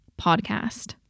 podcast